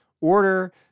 order